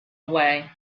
away